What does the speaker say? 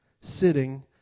sitting